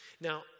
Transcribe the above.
Now